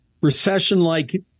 recession-like